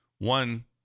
One